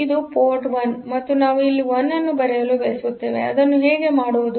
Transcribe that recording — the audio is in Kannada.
ಇದು ಪೋರ್ಟ್ 1 ಮತ್ತು ನಾವು ಇಲ್ಲಿ 1 ಅನ್ನು ಬರೆಯಲು ಬಯಸುತ್ತೇವೆ ಅದನ್ನು ಹೇಗೆ ಮಾಡುವುದು